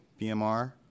BMR